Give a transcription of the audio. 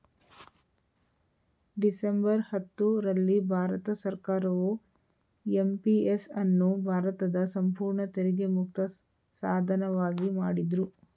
December ಹತ್ತು ರಲ್ಲಿ ಭಾರತ ಸರ್ಕಾರವು ಎಂ.ಪಿ.ಎಸ್ ಅನ್ನು ಭಾರತದ ಸಂಪೂರ್ಣ ತೆರಿಗೆ ಮುಕ್ತ ಸಾಧನವಾಗಿ ಮಾಡಿದ್ರು